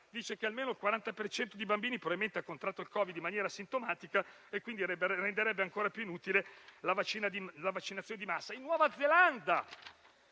che almeno il 40 per cento di bambini probabilmente ha contratto il Covid in maniera asintomatica e questo renderebbe ancora più inutile la vaccinazione di massa. In Nuova Zelanda